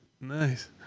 nice